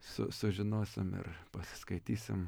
su sužinosim ir pasiskaitysim